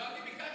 לא אני ביקשתי.